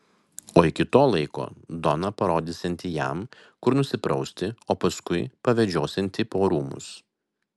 o iki to laiko dona parodysianti jam kur nusiprausti o paskui pavedžiosianti po rūmus